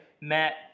Matt